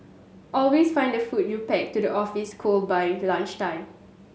always find the food you pack to the office cold by lunchtime